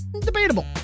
Debatable